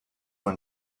when